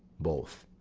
both.